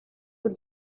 will